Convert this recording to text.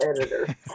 editor